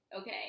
okay